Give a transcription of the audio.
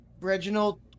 Reginald